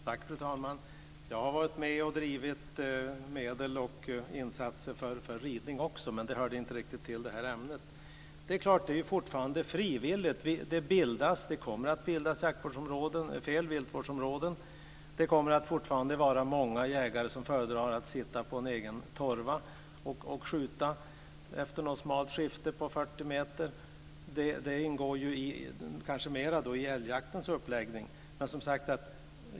Fru talman! Jag har varit med och drivit fram medel och insatser för ridning också, men det hör inte riktigt till det här ämnet. Det hela är fortfarande frivilligt. Det bildas, och det kommer att bildas, viltvårdsområden. Det kommer fortfarande att finnas många jägare som föredrar att sitta på en egen torva och skjuta efter något smalt skifte på 40 meter - det ingår kanske mer i älgjaktens uppläggning.